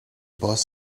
boss